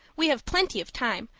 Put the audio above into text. we have plenty of time,